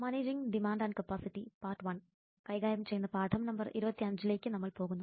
managing demand and capacity part 1 കൈകാര്യം ചെയ്യുന്ന പാഠം നമ്പർ 25 ലേക്ക് നമ്മൾ പോകുന്നു